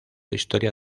historia